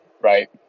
right